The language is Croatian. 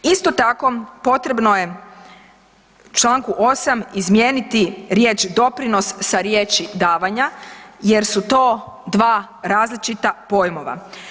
Isto tako potrebno je u čl. 8. izmijeniti riječ doprinos sa riječi davanja jer su to dva različita pojmova.